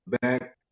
back